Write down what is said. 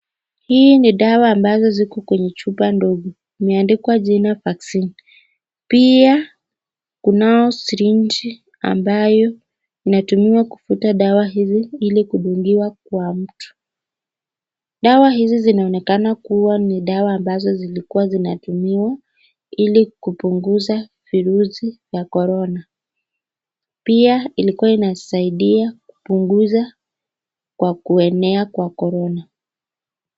Hii ni dawa ambazo ziko kwenye chupa dogo. Imeandikwa jina vaccine(cs), pia kunayo syringe(cs), ambayo inatumiwa kuvuta dawa hizi ilikudungiwa kwa mtu. Dawa hizi zinaonekana kuwa ni dawa ambazo zilikuwa zinatumiwa, ili kupunguza virusi za korona, pia ilikuwa inasaidia kupunguza kwa kuenea kwa korona.